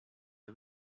les